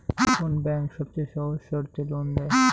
কোন ব্যাংক সবচেয়ে সহজ শর্তে লোন দেয়?